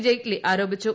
ജെയ്റ്റ്ലി ആരോപിച്ചു